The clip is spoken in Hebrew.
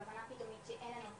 זו הבנה פתאומית שאין לנו עתיד.